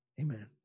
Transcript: Amen